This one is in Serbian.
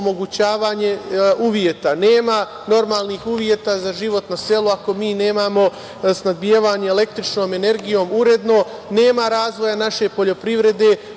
omogućavanje uslova. Nema normalnih uslova za život na selu ako mi nemamo snabdevanje električnom energijom uredno, nema razvoja naše poljoprivrede